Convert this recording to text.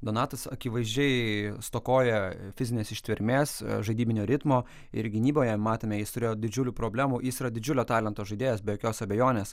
donatas akivaizdžiai stokoja fizinės ištvermės žaidybinio ritmo ir gynyboje matėme jis turėjo didžiulių problemų jis yra didžiulio talento žaidėjas be jokios abejonės